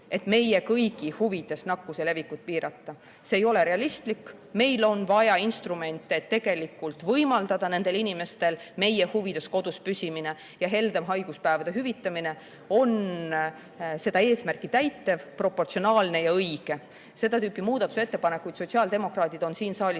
et meie kõigi huvides nakkuse levikut piirata. See ei ole realistlik. Meil on vaja instrumente, et tegelikult võimaldada nendel inimestel meie huvides kodus püsida. Heldem haiguspäevade hüvitamine on seda eesmärki täitev, proportsionaalne ja õige [abinõu]. Seda tüüpi muudatusettepanekuid on sotsiaaldemokraadid siin saalis